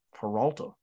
Peralta